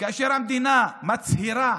כאשר המדינה מצהירה